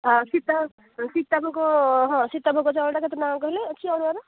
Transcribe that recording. ଆଉ ସୀତା ସୀତାଭୋଗ ହଁ ସୀତାଭୋଗ ଚାଉଳଟା କେତେ ଟଙ୍କା କହିଲେ ଅଛି ଅରୁଆର